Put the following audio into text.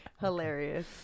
Hilarious